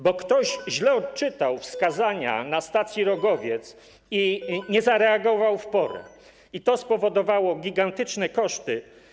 Bo ktoś źle odczytał wskazania na stacji Rogowiec i nie zareagował w porę, co spowodowało gigantyczne koszty.